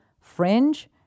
fringe